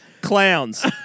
Clowns